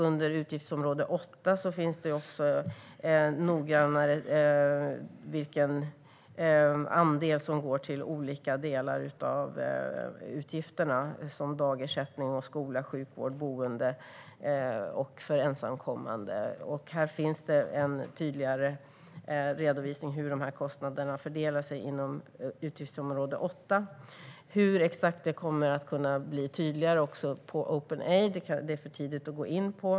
Under utgiftsområde 8 finns en noggrann redogörelse för vilken andel som går till olika delar av utgifterna, såsom dagersättning, skola, sjukvård och boende för ensamkommande. Här finns en tydlig redovisning av hur dessa kostnader fördelar sig inom utgiftsområde 8. Exakt hur detta kommer att kunna bli tydligare också på openaid.se är det för tidigt att gå in på.